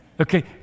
Okay